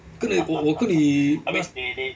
跟你我我我跟你 I mean